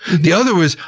the other is,